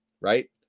right